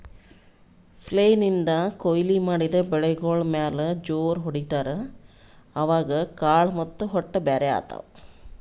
flail ನಿಂದ್ ಕೊಯ್ಲಿ ಮಾಡಿದ್ ಬೆಳಿಗೋಳ್ ಮ್ಯಾಲ್ ಜೋರ್ ಹೊಡಿತಾರ್, ಅವಾಗ್ ಕಾಳ್ ಮತ್ತ್ ಹೊಟ್ಟ ಬ್ಯಾರ್ ಆತವ್